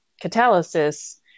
catalysis